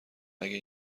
مگه